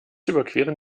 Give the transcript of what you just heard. überqueren